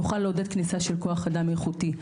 נוכל לעודד כניסה של כוח אדם איכותי.